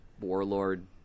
Warlord